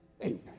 Amen